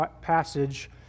passage